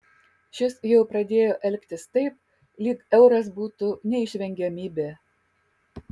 šis jau pradėjo elgtis taip lyg euras būtų neišvengiamybė